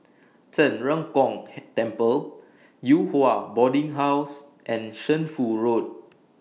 Zhen Ren Gong Temple Yew Hua Boarding House and Shunfu Road